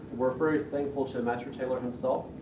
we're very thankful to master tailer himself,